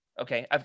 Okay